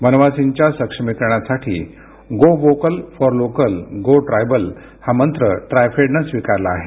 वनवासींच्या सक्षमीकरणासाठी go vocal for local go tribal हा मंत्र ट्रायफेडने स्विकारला आहे